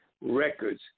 Records